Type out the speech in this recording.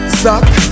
suck